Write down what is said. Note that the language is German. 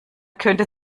könnte